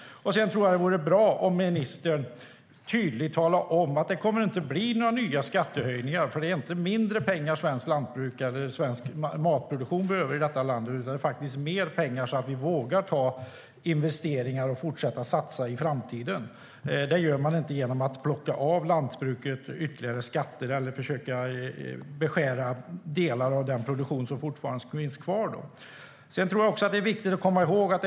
Det vore bra om ministern tydligt talar om att det inte kommer att bli några nya skattehöjningar. Det är inte mindre pengar svenskt lantbruk och svensk matproduktion behöver utan mer så att de vågar göra investeringar och satsa på framtiden. Det gör man inte genom att lägga på lantbruket ytterligare skatter eller försöka beskära delar av den produktion som fortfarande finns kvar.